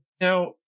now